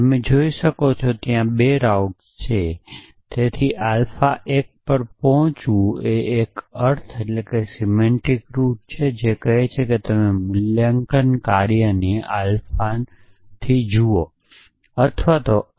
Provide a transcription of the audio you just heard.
તમે જોઈ શકો છો કે ત્યાં 2 રસ્તા છે તેથી આલ્ફા 1 પર પહોંચવું એ એક અર્થ રૂટ છે જે કહે છે કે તમે મૂલ્યાંકન કાર્યને આલ્ફાનો અર્થ જુઓ